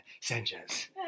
Sanchez